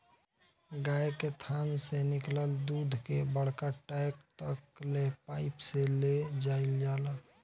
गाय के थान से निकलल दूध के बड़का टैंक तक ले पाइप से ले जाईल जाला